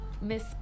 Miss